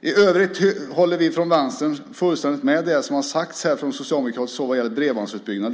I övrigt håller vi från Vänstern fullständigt med om det som har sagts här från socialdemokratiskt håll om bredbandsutbyggnaden.